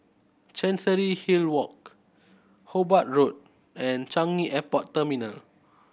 Chancery Hill Walk Hobart Road and Changi Airport Terminal